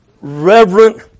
reverent